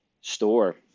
store